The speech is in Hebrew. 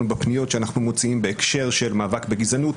בפניות שאנחנו מוציאים בהקשר של מאבק בגזענות,